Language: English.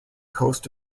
coast